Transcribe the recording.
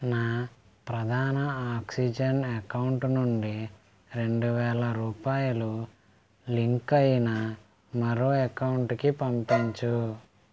నా ప్రధాన oxygen account నుండి రెండు వేల రూపాయలు లింక్ అయిన మరో అకౌంటుకి పంపించుము